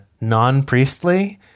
non-priestly